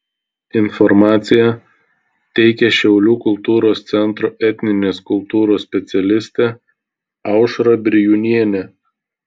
informaciją teikia šiaulių kultūros centro etninės kultūros specialistė aušra brijūnienė